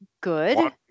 good